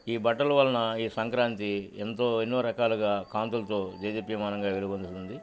ఈ బట్టల వలన ఈ సంక్రాంతి ఎంతో ఎన్నో రకాలుగా కాంతులతో దేదీప్యమానంగా విలుగొందుతుంది